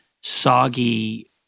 soggy